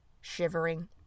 shivering